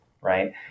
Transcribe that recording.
right